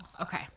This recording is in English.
Okay